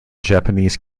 japanese